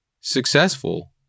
successful